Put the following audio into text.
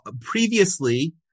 previously